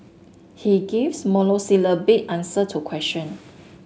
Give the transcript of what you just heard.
he gives monosyllabic answer to question